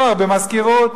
תואר במזכירות.